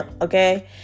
okay